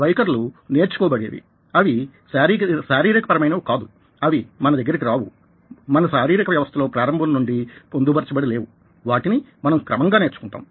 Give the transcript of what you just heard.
వైఖరులు నేర్చుకోబడేవిఅవి శారీరకపరమయినవి కాదు అవి మన దగ్గరకి రావు అవి మన శారీరక వ్యవస్థలో ప్రారంభం నుండీ పొందుపరచబడి లేవువాటిని మనం క్రమంగా నేర్చుకుంటాం